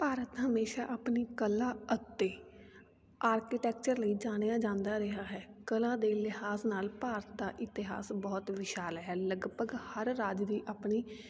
ਭਾਰਤ ਹਮੇਸ਼ਾਂ ਆਪਣੀ ਕਲਾ ਅਤੇ ਆਰਕੀਟੈਕਚਰ ਲਈ ਜਾਣਿਆ ਜਾਂਦਾ ਰਿਹਾ ਹੈ ਕਲਾ ਦੇ ਲਿਹਾਜ਼ ਨਾਲ ਭਾਰਤ ਦਾ ਇਤਿਹਾਸ ਬਹੁਤ ਵਿਸ਼ਾਲ ਹੈ ਲਗਭਗ ਹਰ ਰਾਜ ਦੀ ਆਪਣੀ